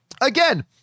again